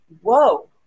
whoa